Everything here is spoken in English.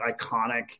iconic